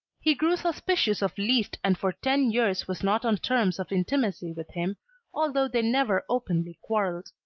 he grew suspicious of liszt and for ten years was not on terms of intimacy with him although they never openly quarrelled.